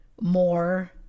more